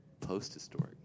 post-historic